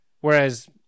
Whereas